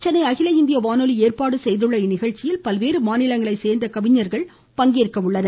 சென்னை அகில இந்திய வானொலி ஏற்பாடு செய்துள்ள இந்நிகழ்ச்சியில் பல்வேறு மாநிலங்களைச் சேர்ந்த கவிஞர்கள் இதில் பங்கேற்க உள்ளனர்